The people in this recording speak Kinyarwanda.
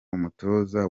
umutoza